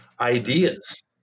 ideas